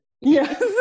Yes